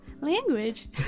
Language